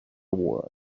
word